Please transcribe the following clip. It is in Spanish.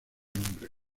nombre